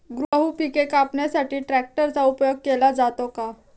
गहू पिके कापण्यासाठी ट्रॅक्टरचा उपयोग केला जातो का?